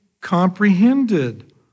comprehended